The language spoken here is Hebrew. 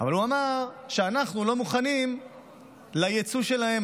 אבל הוא אמר שאנחנו לא מוכנים ליצוא שלהם.